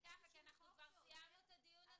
ככה, כי אנחנו סיימנו את הדיון.